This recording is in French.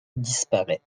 disparaît